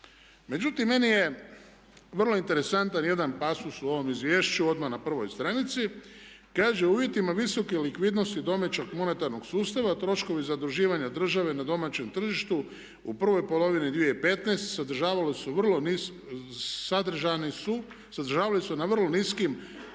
Međutim, meni je vrlo interesantan jedan pasus u ovom izvješću, odmah na prvoj stranici, kaže u uvjetima visoke likvidnosti domaćeg monetarnog sustava troškovi zaduživanja države na domaćem tržištu u prvoj polovini 2015. sadržavali su na vrlo niskim razinama